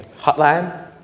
hotline